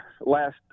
last